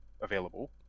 available